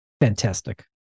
Fantastic